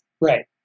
Right